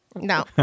No